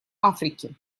африки